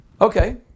Okay